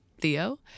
Theo